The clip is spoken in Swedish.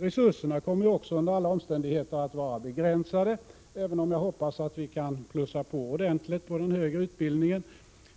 Resurserna kommer under alla omständigheter att vara begränsade, även om jag hoppas att vi kan plussa på ordentligt på den högre utbildningen,